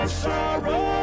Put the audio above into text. sorrow